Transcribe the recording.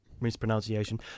mispronunciation